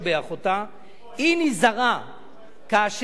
כאשר היא כתבה את דברי ההסבר לכתוב דברים טכניים